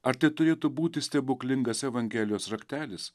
ar tai turėtų būti stebuklingas evangelijos raktelis